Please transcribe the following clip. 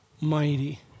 mighty